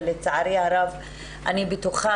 ולצערי הרב אני בטוחה,